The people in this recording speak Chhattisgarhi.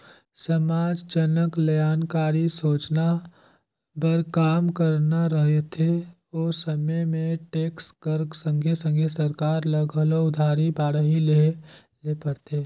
समाज जनकलयानकारी सोजना बर काम करना रहथे ओ समे में टेक्स कर संघे संघे सरकार ल घलो उधारी बाड़ही लेहे ले परथे